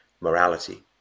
morality